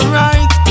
right